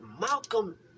Malcolm